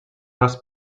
just